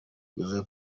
twizere